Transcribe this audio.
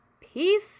peace